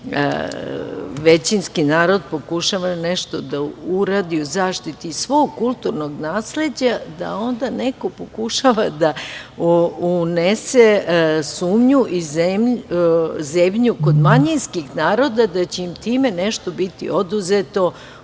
većinski narod pokušava nešto da uradi u zaštiti svog kulturnog nasleđa da onda neko pokušava unese sumnju i zebnju kod manjinskih naroda da će im time nešto biti oduzeto,